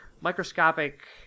microscopic